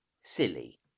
silly